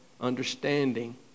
understanding